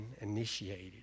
initiated